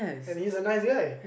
and he's a nice guy